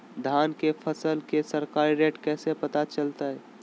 धान के फसल के सरकारी रेट कैसे पता चलताय?